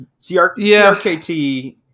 CRKT